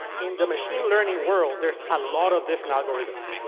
in the machine learning world, there's a lot of different algorithms.